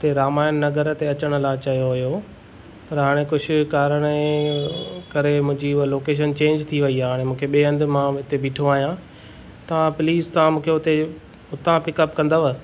हिते रामायण नगर ते अचण लाइ चयो हुयो पर हाणे कुझु कारणअ करे मुंहिंजी उहा लोकेशन चेंज थी वई आहे हाणे मां हुते ॿिए हंध मां हुते बीठो आहियां तव्हां प्लीज़ तव्हां मूंखे हुते उतां पिकअप कंदव